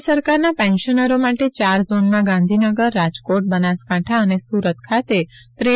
રાજ્ય સરકારના પેન્શનરો માટે ચાર ઝોનમાં ગાંધીનગર રાજકોટ બનાસકાંઠા અને સુરત ખાતે તા